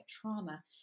trauma